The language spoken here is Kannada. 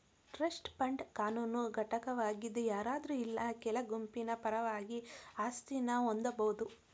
ಟ್ರಸ್ಟ್ ಫಂಡ್ ಕಾನೂನು ಘಟಕವಾಗಿದ್ ಯಾರಾದ್ರು ಇಲ್ಲಾ ಕೆಲ ಗುಂಪಿನ ಪರವಾಗಿ ಆಸ್ತಿನ ಹೊಂದಬೋದು